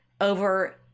over